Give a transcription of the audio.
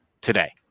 today